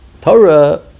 Torah